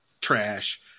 trash